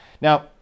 Now